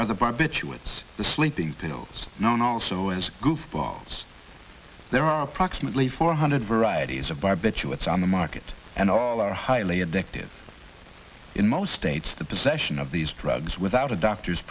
other barbiturates the sleeping pills known also as bombs there are approximately four hundred varieties of barbiturates on the market and are highly addictive in most states the possession of these drugs without a doctor's